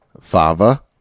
fava